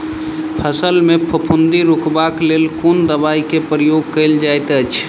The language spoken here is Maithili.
फसल मे फफूंदी रुकबाक लेल कुन दवाई केँ प्रयोग कैल जाइत अछि?